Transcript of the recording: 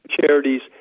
Charities